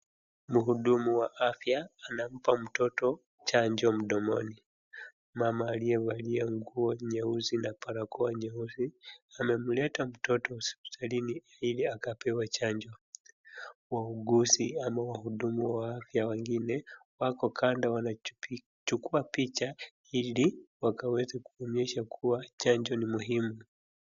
Mhudumu wa afya anampa mtoto chanjo mdomoni. Mama aliyevalia nguo nyeusi na barakoa nyeusi amemleta mtoto hospitalini ili akapewe chanjo. Wauguzi ama wahudumu wa afya wengine wako kando wanachukua picha ili wakaonyeshe kuwa chanjo ni muhimu.